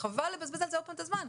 חבל לבזבז על זה עוד פעם את הזמן,